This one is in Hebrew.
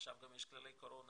עכשיו יש גם כללי קורונה,